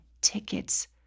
tickets